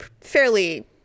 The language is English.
fairly